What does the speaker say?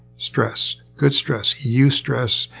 stress. good stress, eustress.